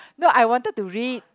no I wanted to read